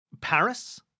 Paris